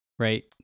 right